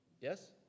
yes